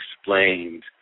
explained